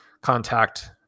contact